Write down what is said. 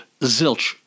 Zilch